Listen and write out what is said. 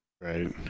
Right